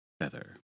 feather